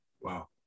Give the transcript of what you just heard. Wow